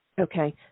Okay